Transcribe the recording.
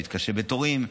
מתקשה בתורים,